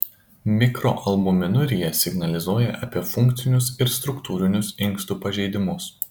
mikroalbuminurija signalizuoja apie funkcinius ir struktūrinius inkstų pažeidimus